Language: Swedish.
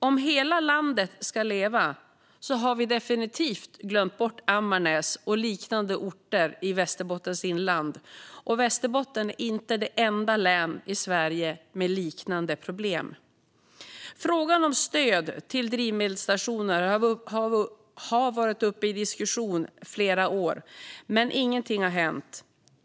Om hela landet ska leva har vi definitivt glömt bort Ammarnäs och liknande orter i Västerbottens inland, och Västerbotten är inte det enda län i Sverige med liknande problem. Frågan om stöd till drivmedelsstationer har varit uppe till diskussion i flera år, men inget har hänt.